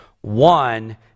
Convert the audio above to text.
one